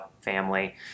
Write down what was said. family